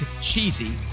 cheesy